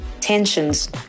Tensions